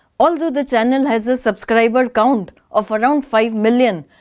although the channel has a subscriber count of around five million